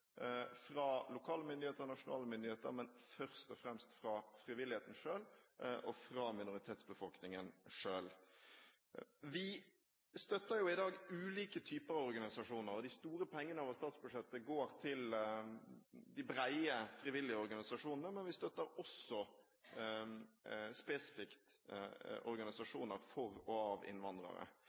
fra lokale myndigheter og nasjonale myndigheter – men først og fremst fra frivilligheten og minoritetsbefolkningen selv. Vi støtter i dag ulike typer organisasjoner. De store pengene over statsbudsjettet går til de brede, frivillige organisasjonene, men vi støtter også spesifikt organisasjoner for og av innvandrere.